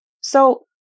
So-